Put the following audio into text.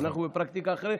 אנחנו בפרקטיקה אחרת,